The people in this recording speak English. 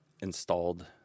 installed